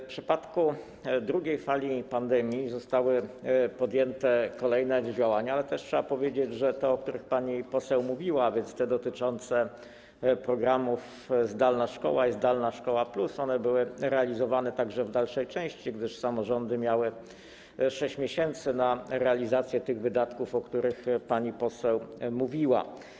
W przypadku drugiej fali pandemii zostały podjęte kolejne działania, ale trzeba też powiedzieć, że te, o których pani poseł mówiła, a więc dotyczące programów „Zdalna szkoła” i „Zdalna szkoła+”, były realizowane także w dalszej części, gdyż samorządy miały 6 miesięcy na realizację tych wydatków, o których pani poseł mówiła.